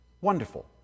wonderful